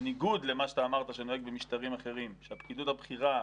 בניגוד למה שאתה אמרת שנוהג במשטרים אחרים שהפקידות הבכירה,